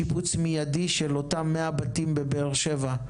הוועדה דורשת שיפוץ מידי של אותם 100 בתים בבאר שבע,